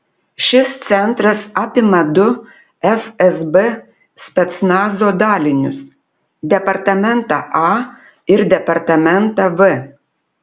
šis centras apima du fsb specnazo dalinius departamentą a ir departamentą v